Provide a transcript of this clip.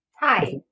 Hi